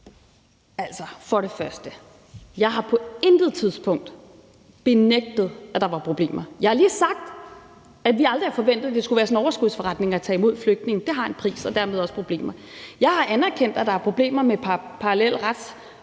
Først vil jeg sige, at jeg på intet tidspunkt har benægtet, at der var problemer. Jeg har lige sagt, at vi aldrig havde forventet, at det skulle være en overskudsforretning at tage imod flygtninge. Det har en pris, og dermed følger også problemer. Jeg har anerkendt, at der er problemer med en parallel retsopfattelse,